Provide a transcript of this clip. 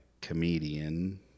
comedian